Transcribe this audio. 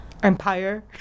Empire